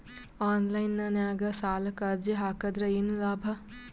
Online ನಾಗ್ ಸಾಲಕ್ ಅರ್ಜಿ ಹಾಕದ್ರ ಏನು ಲಾಭ?